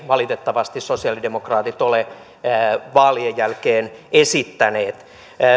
valitettavasti sosialidemokraatit ole vaalien jälkeen esittäneet